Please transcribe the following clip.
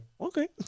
okay